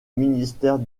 ministère